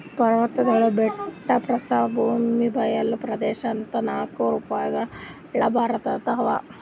ಪರ್ವತ್ಗಳು ಬೆಟ್ಟ ಪ್ರಸ್ಥಭೂಮಿ ಬಯಲ್ ಪ್ರದೇಶ್ ಅಂತಾ ನಾಲ್ಕ್ ಭೂರೂಪಗೊಳ್ ಭಾರತದಾಗ್ ಅವಾ